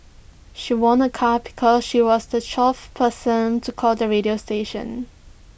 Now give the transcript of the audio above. she won A car because she was the twelfth person to call the radio station